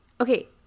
Okay